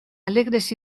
alegres